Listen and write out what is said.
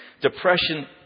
depression